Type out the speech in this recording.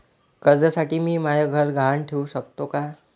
कर्जसाठी मी म्हाय घर गहान ठेवू सकतो का